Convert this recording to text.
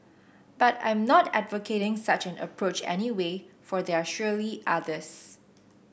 but I am not advocating such an approach anyway for there are surely others